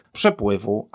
przepływu